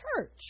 church